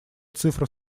цифра